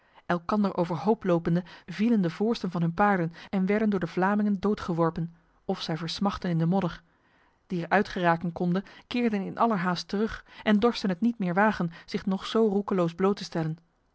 elkander overhoop lopende vielen de voorsten van hun paarden en werden door de vlamingen doodgeworpen of zij versmachtten in de modder die er uitgeraken konden keerden in allernaast terug en dorsten het niet meer wagen zich nog zo roekeloos bloot